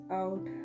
out